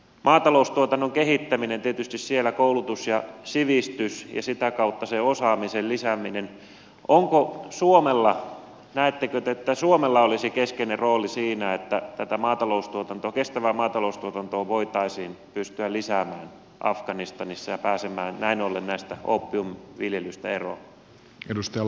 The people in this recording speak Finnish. maataloustuotannon kehittäminen siellä tietysti koulutus ja sivistys ja sitä kautta se osaamisen lisääminen näettekö te että suomella olisi keskeinen rooli siinä että tätä kestävää maataloustuotantoa voitaisiin pystyä lisäämään afganistanissa ja päästäisiin näin ollen oopiumin viljelystä eroon